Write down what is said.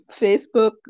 Facebook